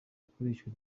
ikoreshwa